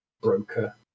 broker